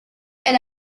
and